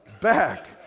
back